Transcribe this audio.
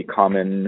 common